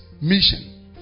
mission